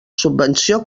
subvenció